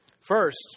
First